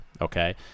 Okay